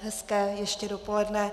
Hezké ještě dopoledne.